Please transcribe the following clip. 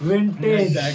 Vintage